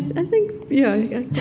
i think yeah,